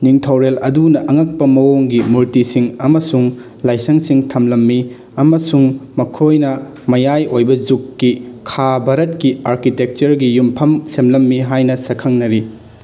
ꯅꯤꯡꯊꯧꯔꯦꯜ ꯑꯗꯨꯅ ꯑꯉꯛꯄ ꯃꯑꯣꯡꯒꯤ ꯃꯨꯔꯇꯤꯁꯤꯡ ꯑꯃꯁꯨꯡ ꯂꯥꯏꯁꯪꯁꯤꯡ ꯊꯝꯂꯝꯃꯤ ꯑꯃꯁꯨꯡ ꯃꯈꯣꯏꯅ ꯃꯌꯥꯏ ꯑꯣꯏꯕ ꯖꯨꯛꯀꯤ ꯈꯥ ꯚꯥꯔꯠꯀꯤ ꯑꯥꯔꯀꯤꯇꯦꯛꯆꯔꯒꯤ ꯌꯨꯝꯐꯝ ꯁꯦꯝꯂꯝꯃꯤ ꯍꯥꯏꯅ ꯁꯛꯈꯪꯅꯔꯤ